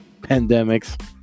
pandemics